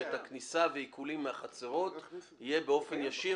שאת הכניסה ואת העיקולים מהחצרות זה יהיה באופן ישיר